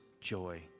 joy